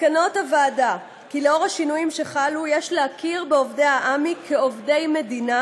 מסקנות הוועדה הן כי לאור השינויים שחלו יש להכיר בעמ"י כעובדי מדינה